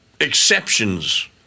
exceptions